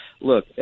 look